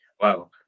Wow